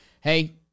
hey